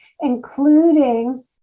including